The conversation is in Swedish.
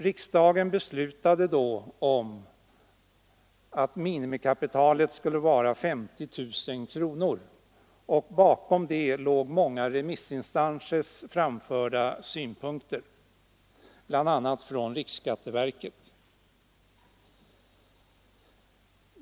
Riksdagen beslöt då att minimikapitalet skulle vara 50 000 kronor. Bakom det låg framförda synpunkter från många remissinstanser, bl.a. från riksskatteverket.